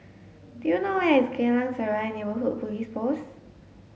do you know where is Geylang Serai Neighbourhood Police Post